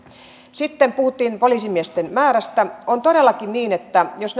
sitten puhuttiin poliisimiesten määrästä on todellakin niin että jos